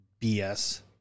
BS